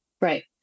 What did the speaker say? Right